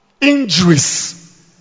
Injuries